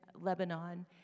Lebanon